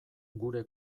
gure